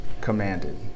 commanded